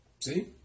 See